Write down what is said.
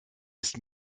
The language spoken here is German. ist